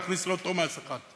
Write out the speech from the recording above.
להכניס לאותו מס אחד,